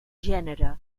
gènere